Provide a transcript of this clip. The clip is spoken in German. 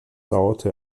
dauerte